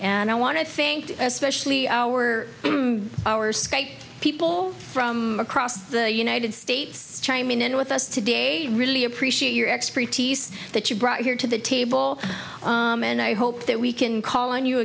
and i want to thank especially our our people from across the united states chime in with us today really appreciate your expertise that you brought here to the table and i hope that we can call on you